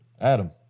Adam